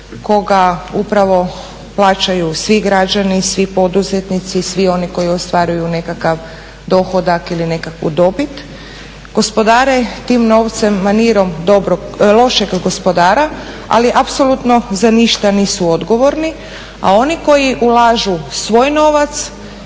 koga upravo plaćaju svi građani, svi poduzetnici, svi oni koji ostvaruju nekakav dohodak ili nekakvu dobit, gospodare tim novcem manirom lošeg gospodara, ali apsolutno za ništa nisu odgovorni. A oni koji ulažu svoj novac